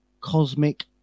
cosmic